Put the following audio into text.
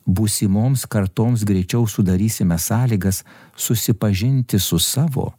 būsimoms kartoms greičiau sudarysime sąlygas susipažinti su savo